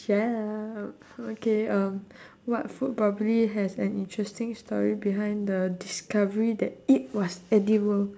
shut up okay um what food probably has an interesting story behind the discovery that it was edible